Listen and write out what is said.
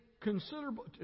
considerable